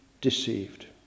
deceived